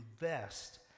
invest